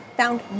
found